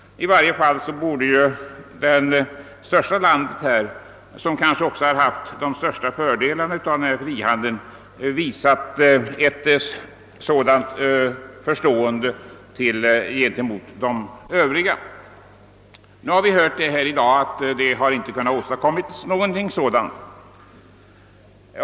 I varje fall borde väl det största landet — som kanske också haft de största fördelarna av denna frihandel — ha visat en sådan förståelse för de övriga. Vi har i dag hört att något sådant inte varit möjligt att åstadkomma.